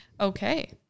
okay